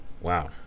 Wow